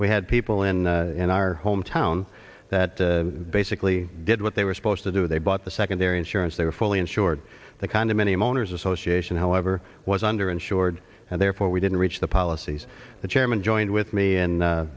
we had people in in our hometown that basically did what they were supposed to do they bought the secondary insurance they were fully insured the condominium owners association however was under insured and therefore we didn't reach the policies the chairman joined with me